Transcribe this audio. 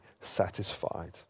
satisfied